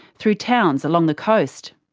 through towns along the coast.